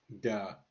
duh